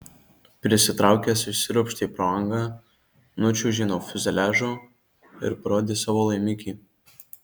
prisitraukęs išsiropštė pro angą nučiuožė nuo fiuzeliažo ir parodė savo laimikį